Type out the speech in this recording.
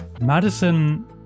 Madison